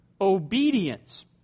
Obedience